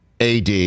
AD